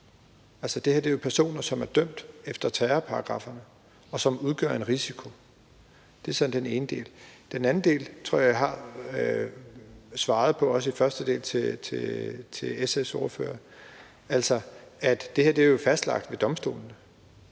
Det her er jo personer, der er dømt efter terrorparagrafferne, og som udgør en risiko. Det er den ene del. Den anden del tror jeg at jeg har svaret på i mit svar til SF's ordfører. Det her er jo fastlagt ved domstolene,